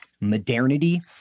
modernity